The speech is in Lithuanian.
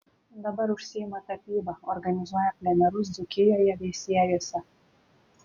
dabar užsiima tapyba organizuoja plenerus dzūkijoje veisiejuose